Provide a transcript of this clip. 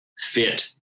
fit